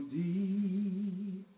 deep